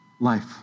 life